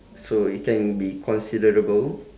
so it can be considerable